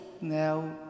now